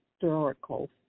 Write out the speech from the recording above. historical